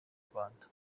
rwanda